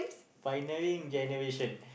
pioneering generation